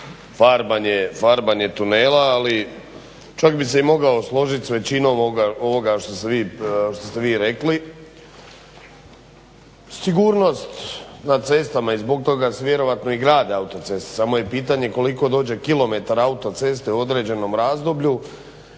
farbanje tunela, ali čak bi se i mogao složiti s većinom ovoga što ste vi rekli. Sigurnost na cestama i zbog toga se vjerojatno i grade autoceste, samo je pitanje koliko dođe kilometara autoceste u određenom razdoblju.